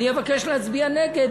אני אבקש להצביע נגד.